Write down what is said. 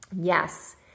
Yes